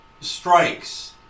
strikes